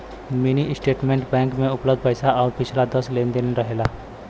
mini statement bank में उपलब्ध पैसा आउर पिछला दस लेन देन रहेला